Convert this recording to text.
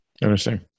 Interesting